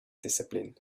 discipline